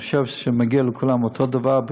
אני חושב שמגיע לכולם אותו דבר,